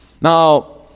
Now